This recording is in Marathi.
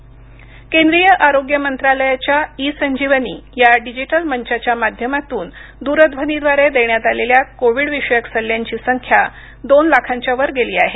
ई संजीवनी केंद्रीय आरोग्य मंत्रालयाच्या ई संजीवनी या डिजिटल मंचाच्या माध्यमातून दूरध्वनीद्वारे देण्यात आलेल्या कोविडविषयक सल्ल्यांची संख्या दोन लाखांच्यावर गेली आहे